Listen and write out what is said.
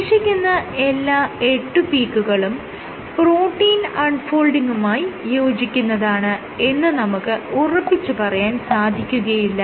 ശേഷിക്കുന്ന എല്ലാ എട്ട് പീക്കുകളും പ്രോട്ടീൻ അൺ ഫോൾഡിങുമായി യോജിക്കുന്നതാണ് എന്നും നമുക്ക് ഉറപ്പിച്ച് പറയാൻ സാധിക്കുകയില്ല